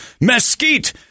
mesquite